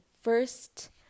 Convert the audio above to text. first